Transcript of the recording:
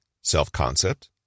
self-concept